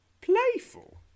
playful